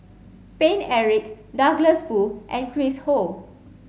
Paine Eric Douglas Foo and Chris Ho